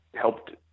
helped—